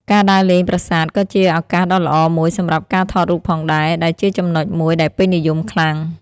ការដើរលេងប្រាសាទក៏ជាឱកាសដ៏ល្អមួយសម្រាប់ការថតរូបផងដែរ ដែលជាចំណុចមួយដែលពេញនិយមខ្លាំង។